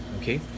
Okay